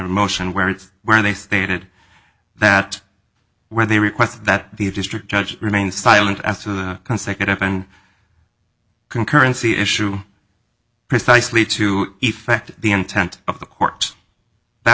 motion where it's where they stated that where they request that the district judge remain silent as to the consecutive and concurrency issue precisely to effect the intent of the court that